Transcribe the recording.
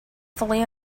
fully